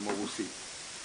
כמו רוסית,